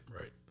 Right